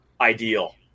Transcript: ideal